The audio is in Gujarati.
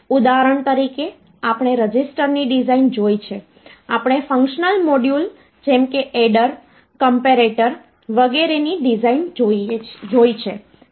ઉદાહરણ તરીકે આપણે રજિસ્ટર ની ડિઝાઇન જોઈ છે આપણે ફંક્શનલ મોડ્યુલ જેમ કે એડર કોમ્પેરેટર વગેરેની ડિઝાઈન જોઈ છે